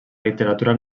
literatura